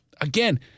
again –